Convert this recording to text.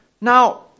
Now